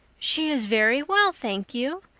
she is very well, thank you.